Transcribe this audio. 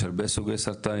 יש הרבה סוגי סרטן,